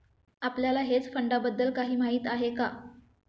आपल्याला हेज फंडांबद्दल काही माहित आहे का?